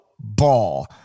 Ball